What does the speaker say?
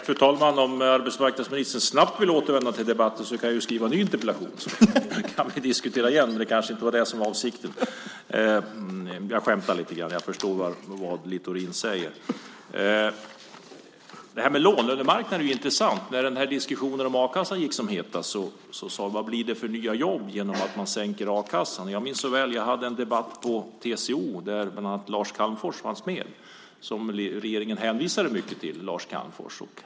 Fru talman! Om arbetsmarknadsministern snabbt vill återvända till debatten kan jag ju skriva en ny interpellation så att vi kan diskutera igen! Men det kanske inte var det som var avsikten. Jag skämtar lite grann. Jag förstår vad Littorin säger. Detta med låglönemarknader är intressant. När diskussionen om a-kassan gick som hetast pratades det om vad det blir för nya jobb genom att man sänker a-kassan. Jag minns en debatt väl som jag var med i på TCO där bland annat Lars Calmfors, som regeringen hänvisade mycket till, var med.